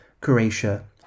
Croatia